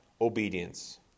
obedience